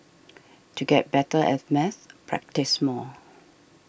to get better at maths practise more